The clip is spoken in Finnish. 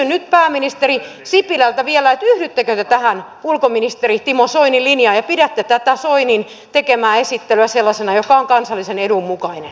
kysyn nyt pääministeri sipilältä vielä että yhdyttekö te tähän ulkoministeri timo soinin linjaan ja pidättekö tätä soinin tekemää esittelyä sellaisena joka on kansallisen edun mukainen